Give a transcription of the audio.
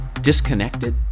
Disconnected